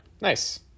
nice